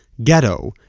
ghetto,